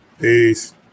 peace